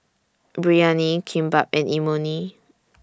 Biryani Kimbap and Imoni